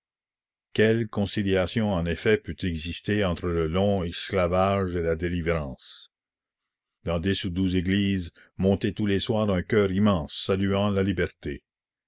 quelle conciliation en effet peut exister entre le long esclavage et la délivrance la commune dans dix ou douze églises montait tous les soirs un chœur immense saluant la liberté